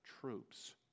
troops